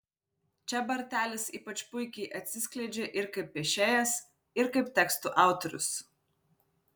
čia bartelis ypač puikiai atsiskleidžia ir kaip piešėjas ir kaip tekstų autorius